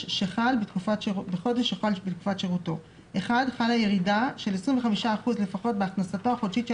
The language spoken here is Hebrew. שחל בתקופת שירותו: חלה ירידה של 25% לפחות בהכנסתו החודשית של